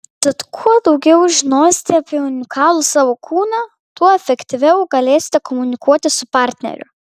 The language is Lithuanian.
tad kuo daugiau žinosite apie unikalų savo kūną tuo efektyviau galėsite komunikuoti su partneriu